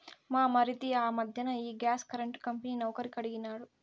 మా మరిది ఆ మధ్దెన ఈ గ్యాస్ కరెంటు కంపెనీ నౌకరీ కడిగినాడు